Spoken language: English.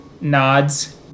nods